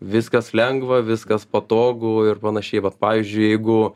viskas lengva viskas patogu ir panašiai vat pavyzdžiui jeigu